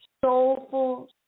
soulful